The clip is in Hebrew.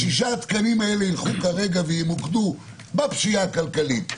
ושישה התקנים האלה ילכו כרגע וימוקדו בפשיעה הכלכלית,